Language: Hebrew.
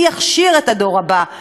מי יכשיר את הדור הבא?